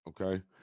Okay